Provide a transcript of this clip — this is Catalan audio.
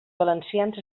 valencians